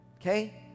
Okay